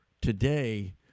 today